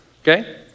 okay